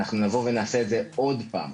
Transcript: אנחנו נבוא ונעשה את זה עוד פעם.